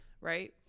right